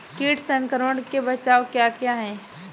कीट संक्रमण के बचाव क्या क्या हैं?